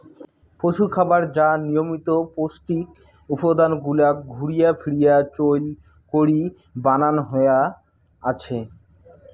পশুখাবার যা নিয়মিত পৌষ্টিক উপাদান গুলাক ঘুরিয়া ফিরিয়া চইল করি বানান হয়া আছে